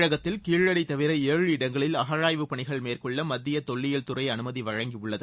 தமிழகத்தில் கீழடி தவிர ஏழு இடங்களில் அகழாய்வு பணிகள் மேற்கொள்ள மத்திய தொல்லியல் துறை அனுமதி வழங்கியுள்ளது